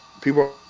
People